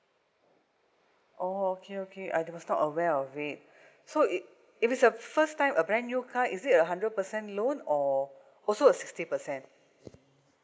orh okay okay I was not aware of it so it it is the first time a brand new car is it a hundred percent loan or also a sixty percent